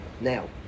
Now